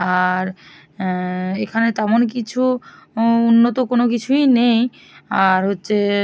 আর এখানে তেমন কিছু উন্নত কোনো কিছুই নেই আর হচ্ছে